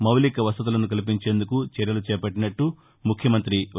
మౌలిక వసతులను కల్పించేందుకు చర్యలు చేపట్టినట్లు ముఖ్యమంతి వై